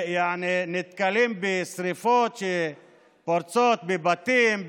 נתקלים בשרפות שפורצות בבתים,